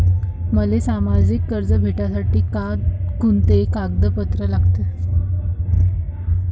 मले मासिक कर्ज भेटासाठी का कुंते कागदपत्र लागन?